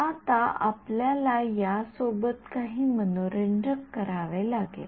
आता आपल्याला या सोबत काही मनोरंजक करावे लागेल